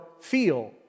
feel